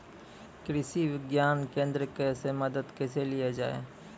कृषि विज्ञान केन्द्रऽक से मदद कैसे लिया जाय?